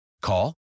Call